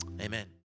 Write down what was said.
Amen